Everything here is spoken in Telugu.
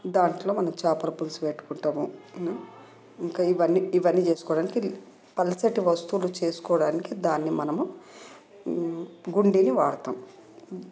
దాంట్లో మనం చేపల పులుసు పెట్టుకుంటాము ఇంకా ఇవన్నీ ఇవన్నీ చేసుకోవడానికి ఇది పల్చటి వస్తువులు చేసుకోవడానికి దాన్ని మనము గుండిని వాడతాం